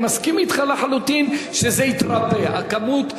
אני מסכים אתך לחלוטין שזה התרבה, הכמות.